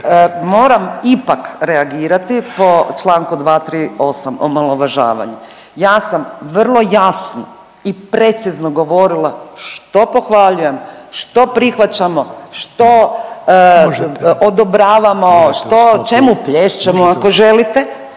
moram ipak reagirati po članku 238. omalovažavanje. Ja sam vrlo jasno i precizno govorila što pohvaljujem, što prihvaćamo, što odobravamo, čemu plješćemo ako želite,